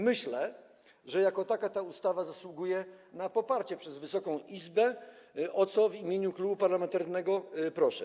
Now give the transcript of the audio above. Myślę, że jako taka ta ustawa zasługuje na poparcie przez Wysoką Izbę, o co w imieniu klubu parlamentarnego proszę.